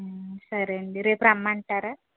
సరే అండి రేపు రమ్మంటారా